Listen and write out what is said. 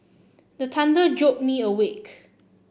the thunder jolt me awake